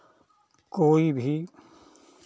कोई भी